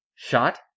Shot